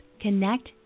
connect